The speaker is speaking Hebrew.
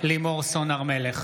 לימור סון הר מלך,